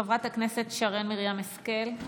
חברת הכנסת שרן מרים השכל.